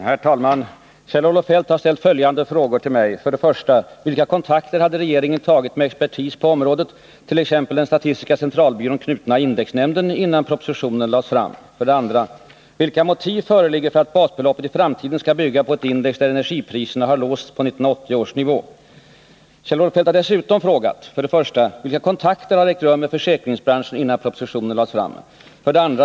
Herr talman! Kjell-Olof Feldt har ställt följande frågor till mig: 1. Vilka kontakter hade regeringen tagit med expertis på området, t.ex. den till statistiska centralbyrån knutna indexnämnden, innan propositionen lades fram? 2. Vilka motiv föreligger för att basbeloppet i framtiden skall bygga på ett index där energipriserna har låsts på 1980 års nivå? Kjell-Olof Feldt har dessutom frågat: 1. Vilka kontakter hade ägt rum med försäkringsbranschen innan propositionen lades fram? 2.